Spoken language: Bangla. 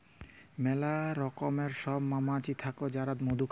ম্যালা রকমের সব মমাছি থাক্যে যারা মধু বালাই